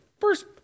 First